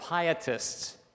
Pietists